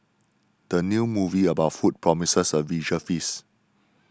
the new movie about food promises a visual feast